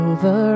Over